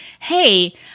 hey